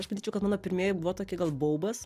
aš manyčiau kad mano pirmieji buvo tokie gal baubas